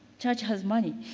church has money.